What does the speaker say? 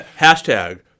Hashtag